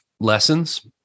lessons